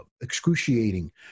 excruciating